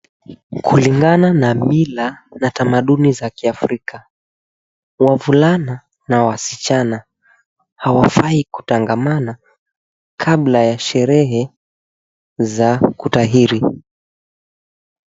Kulingana na mila na tamaduni za Kiafrika, wavulana na wasichana hawafai kutangamana kabla ya sherehe za kutahiri.